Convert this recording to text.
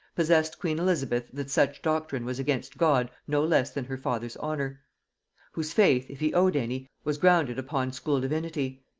possessed queen elizabeth that such doctrine was against god no less than her father's honor whose faith, if he owed any, was grounded upon school divinity.